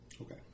Okay